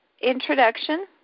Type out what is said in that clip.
introduction